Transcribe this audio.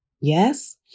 Yes